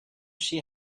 she